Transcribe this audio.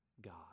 God